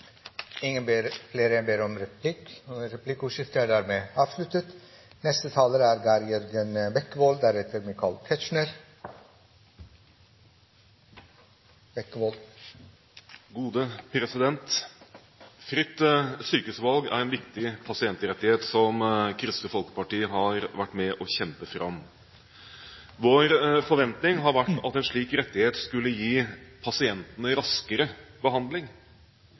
Replikkordskiftet er avsluttet. Fritt sykehusvalg er en viktig pasientrettighet som Kristelig Folkeparti har vært med og kjempe fram. Vår forventning har vært at en slik rettighet skulle gi pasientene raskere behandling.